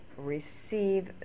receive